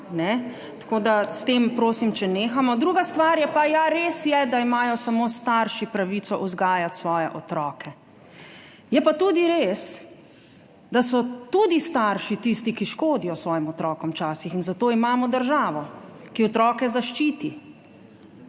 da s tem nehamo. Druga stvar je pa, ja, res je, da imajo samo starši pravico vzgajati svoje otroke. Je pa tudi res, da so tudi starši tisti, ki škodijo svojim otrokom včasih, in zato imamo državo, ki otroke zaščiti.